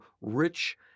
Rich